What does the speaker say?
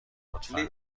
لطفا